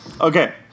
Okay